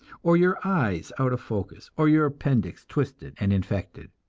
or your eyes out of focus, or your appendix twisted and infected.